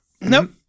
Nope